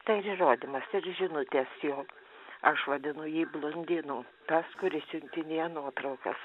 tai ir įrodymas ir žinutės jog aš vadinu jį blondinu tas kuris siuntinėja nuotraukas